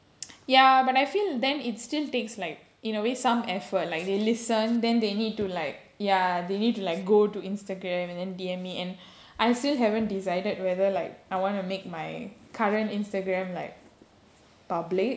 ya but I feel then it still takes like in a way some effort like they listen then they need to like ya they need to like go to Instagram and then D_M me and I still haven't decided whether like I wanna make my current Instagram like public